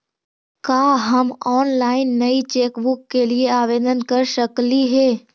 का हम ऑनलाइन नई चेकबुक के लिए आवेदन कर सकली हे